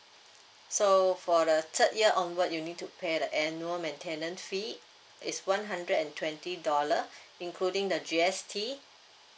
so for the third year onward you need to pay the annual maintenance fee it's one hundred and twenty dollar including the G_S_T